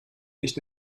nicht